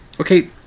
okay